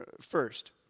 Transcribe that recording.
first